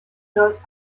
charles